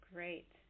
Great